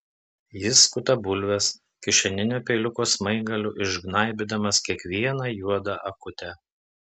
jis skuta bulves kišeninio peiliuko smaigaliu išgnaibydamas kiekvieną juodą akutę